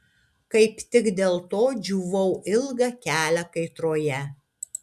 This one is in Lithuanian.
kaip tik dėl to džiūvau ilgą kelią kaitroje